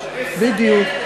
בדיוק.